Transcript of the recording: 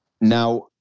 Now